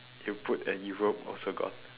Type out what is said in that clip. you put at Europe also gone